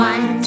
One